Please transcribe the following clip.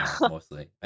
mostly